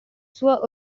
sua